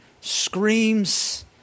screams